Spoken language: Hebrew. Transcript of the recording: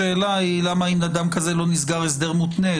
השאלה למה אם לאדם כזה לא נסגר הסדר מותנה,